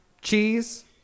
Cheese